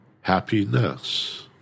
happiness